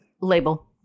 label